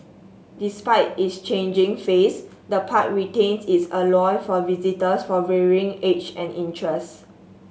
despite its changing face the park retains its allure for visitors for varying age and interest